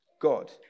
God